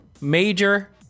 major